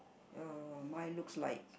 uh mine looks like